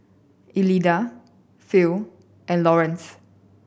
Elida Phil and Lawerence